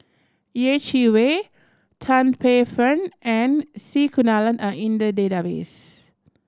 Yeh Chi Wei Tan Paey Fern and C Kunalan are in the database